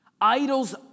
Idols